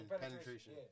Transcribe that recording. penetration